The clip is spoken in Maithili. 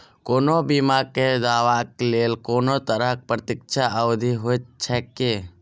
कोनो बीमा केँ दावाक लेल कोनों तरहक प्रतीक्षा अवधि होइत छैक की?